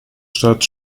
stadt